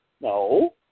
no